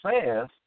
says